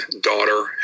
daughter